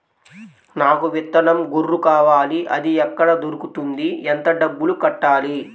నాకు విత్తనం గొర్రు కావాలి? అది ఎక్కడ దొరుకుతుంది? ఎంత డబ్బులు కట్టాలి?